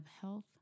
health